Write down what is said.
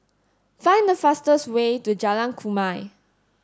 find the fastest way to Jalan Kumia